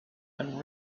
and